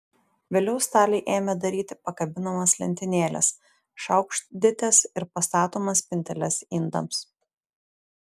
vėliau staliai ėmė daryti pakabinamas lentynėles šaukštdėtes ir pastatomas spinteles indams